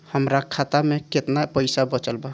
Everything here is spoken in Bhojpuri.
हमरा खाता मे केतना पईसा बचल बा?